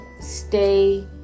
stay